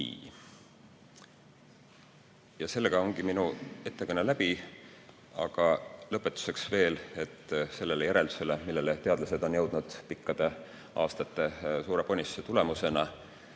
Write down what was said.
maha. Nii, ongi minu ettekanne läbi. Aga lõpetuseks ütlen veel, et sellele järeldusele, millele teadlased on jõudnud pikkade aastate suure ponnistuste tulemusena,